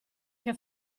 che